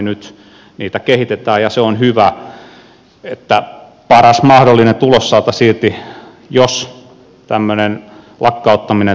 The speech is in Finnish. nyt niitä kehitetään ja se on hyvä että paras mahdollinen tulos saataisiin irti jos tämmöinen lakkauttaminen tapahtuu